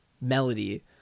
melody